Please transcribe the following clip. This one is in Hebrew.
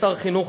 כשר החינוך,